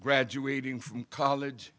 graduating from college